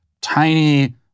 tiny